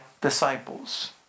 disciples